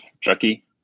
Chucky